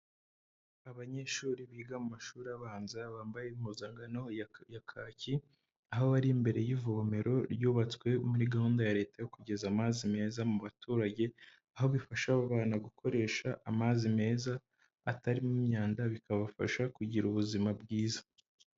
Abanyeshuri biga mu mashuri abanza bambaye impuzangano ya kaki, aho bari imbere y'ivomero ryubatswe muri gahunda ya Leta yo kugeza amazi meza mu baturage, aho bifasha abo bana gukoresha amazi meza atarimo imyanda, bikabafasha kugira ubuzima bwiza.